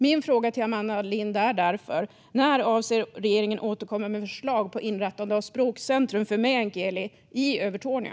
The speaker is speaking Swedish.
Min fråga till Amanda Lind är därför: När avser regeringen att återkomma med förslag på inrättande av språkcentrum för meänkieli i Övertorneå?